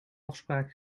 afspraak